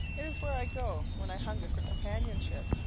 it is where i go when i hunger for companionship,